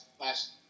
last